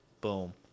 Boom